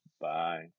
Bye